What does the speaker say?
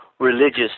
religious